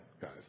guys